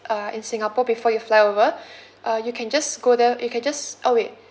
uh in singapore before you flyover uh you can just go there you can just uh wait